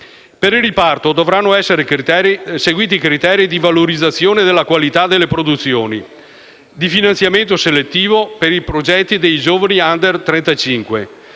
Per il riparto dovranno essere seguiti criteri di valorizzazione della qualità delle produzioni; di finanziamento selettivo per i progetti dei giovani *under*